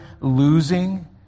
losing